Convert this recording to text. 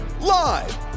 Live